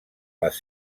les